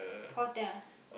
hotel